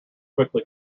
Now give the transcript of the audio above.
quickly